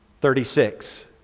Thirty-six